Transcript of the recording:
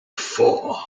four